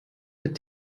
mit